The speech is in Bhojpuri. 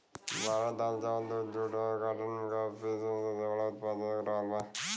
भारत दाल चावल दूध जूट और काटन का विश्व में सबसे बड़ा उतपादक रहल बा